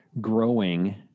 growing